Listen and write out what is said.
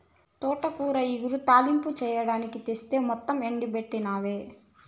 తోటాకు ఇగురు, తాలింపు చెయ్యడానికి తెస్తి మొత్తం ఓడబెట్టినవే